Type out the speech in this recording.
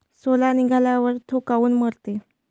सोला निघाल्यावर थो काऊन मरते?